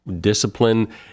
Discipline